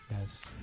Yes